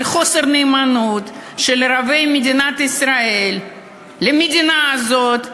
על חוסר נאמנות של ערביי מדינת ישראל למדינה הזאת,